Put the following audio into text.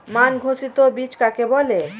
মান ঘোষিত বীজ কাকে বলে?